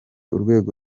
urwego